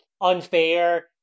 unfair